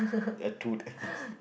attitude